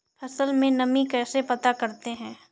फसल में नमी कैसे पता करते हैं?